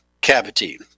cavity